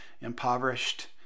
impoverished